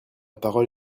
parole